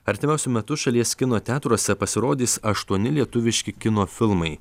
artimiausiu metu šalies kino teatruose pasirodys aštuoni lietuviški kino filmai